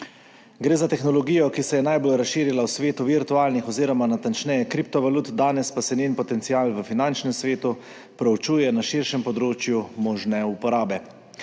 Gre za tehnologijo, ki se je najbolj razširila v svetu virtualnih oziroma natančneje kriptovalut, danes pa se njen potencial v finančnem svetu proučuje na širšem področju možne uporabe.